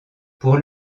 pour